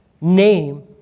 name